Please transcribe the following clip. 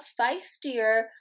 feistier